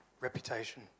Reputation